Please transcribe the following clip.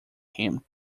him